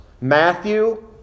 Matthew